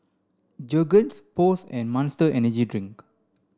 Jergens Post and Monster Energy Drink